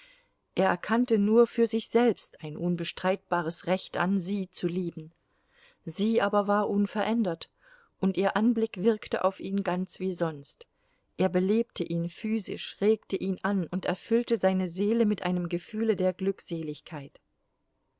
er erkannte nur für sich selbst ein unbestreitbares recht an sie zu lieben sie aber war unverändert und ihr anblick wirkte auf ihn ganz wie sonst er belebte ihn physisch regte ihn an und erfüllte seine seele mit einem gefühle der glückseligkeit